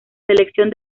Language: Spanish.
selección